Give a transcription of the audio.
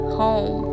home